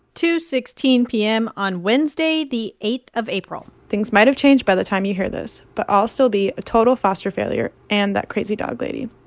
two sixteen p m. on wednesday the eight of april things might have changed by the time you hear this, but i'll still be a total foster failure and that crazy dog lady.